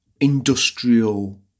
industrial